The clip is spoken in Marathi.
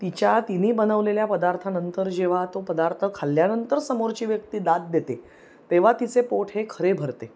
तिच्या तिने बनवलेल्या पदार्थानंतर जेव्हा तो पदार्थ खाल्ल्यानंतर समोरची व्यक्ती दाद देते तेव्हा तिचे पोट हे खरे भरते